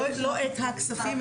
לא "את הכספים",